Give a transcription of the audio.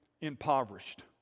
impoverished